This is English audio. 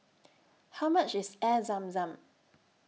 How much IS Air Zam Zam